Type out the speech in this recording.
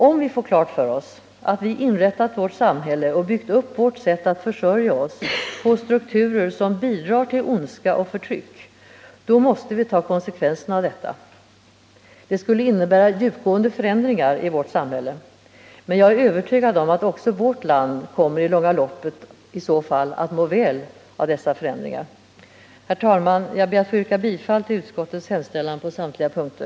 Om vi får klart för oss att vi inrättat vårt samhälle och byggt upp vårt sätt att försörja oss på strukturer som bidrar till ondska och förtryck, måste vi ta konsekvenserna av detta. Det skulle innebära djupgående förändringar i vårt samhälle, men jag är övertygad om att också vårt land i så fall i det långa loppet kommer att må väl av dessa förändringar. Herr talman! Jag ber att få yrka bifall till utskottets hemställan på samtliga punkter.